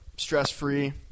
Stress-free